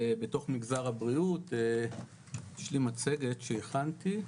בתוך מגזר הבריאות, יש לי מצגת שהכנתי.